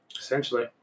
Essentially